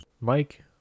Mike